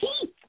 teeth